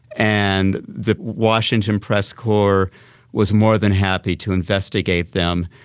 and the washington press corps was more than happy to investigate them.